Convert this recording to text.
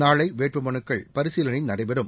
நாளை வேட்பு மனுக்கள் பரிசீலனை நடைபெறும்